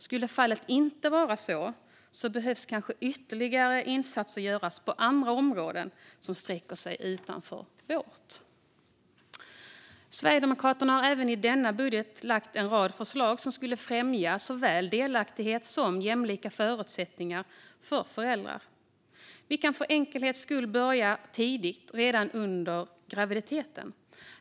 Skulle fallet inte vara så behöver kanske ytterligare insatser göras på andra områden som sträcker sig utanför vårt. Sverigedemokraterna har även i denna budget lagt fram en rad förslag som skulle främja såväl delaktighet som jämlika förutsättningar för föräldrar. Vi kan för enkelhetens skull börja tidigt, redan under graviditeten.